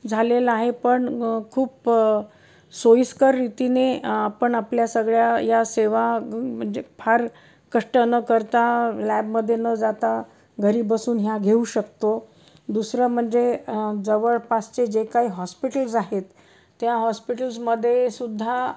झालेला आहे पण खूप सोयीस्कर रीतीने आपण आपल्या सगळ्या या सेवा म्हणजे फार कष्ट न करता लॅबमध्ये न जाता घरी बसून ह्या घेऊ शकतो दुसरं म्हणजे जवळपासचे जे काही हॉस्पिटल्स आहेत त्या हॉस्पिटल्समध्येसुद्धा